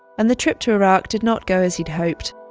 and the trip to iraq did not go as he'd hoped.